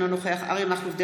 אינו נוכח אריה מכלוף דרעי,